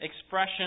expression